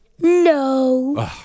No